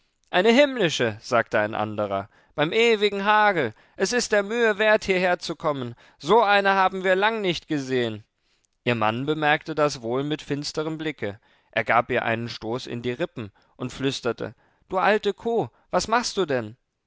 eine himmlische sagte ein anderer beim ewigen hagel es ist der mühe wert hierherzukommen so eine haben wir lang nicht gesehen ihr mann bemerkte das wohl mit finsterem blicke er gab ihr einen stoß in die rippen und flüsterte du alte kuh was machst du denn